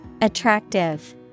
Attractive